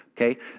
Okay